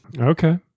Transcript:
Okay